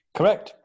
Correct